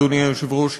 אדוני היושב-ראש,